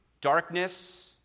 darkness